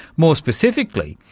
more specifically,